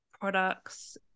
products